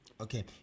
okay